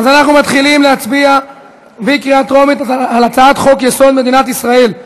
אז אנחנו מתחילים להצביע בקריאה טרומית על הצעת חוק-יסוד: מדינת ישראל,